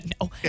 No